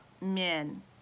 men